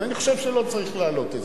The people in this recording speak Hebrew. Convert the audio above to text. אני חושב שזה הסדר הולם.